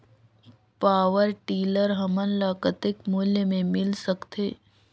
Power tiller हमन ल कतेक मूल्य मे मिल सकथे?